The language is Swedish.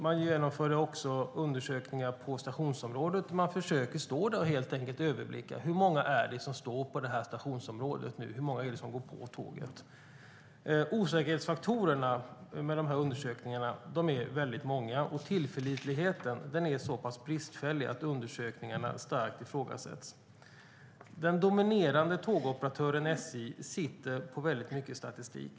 Man genomförde också undersökningar på stationsområdet. Man försöker helt enkelt stå där och överblicka. Hur många är det som står på stationsområdet nu, och hur många är det som går på tåget? Osäkerhetsfaktorerna med undersökningarna är väldigt många. Tillförlitligheten är så pass bristfällig att undersökningarna starkt ifrågasätts. Den dominerande tågoperatören SJ sitter på väldigt mycket statistik.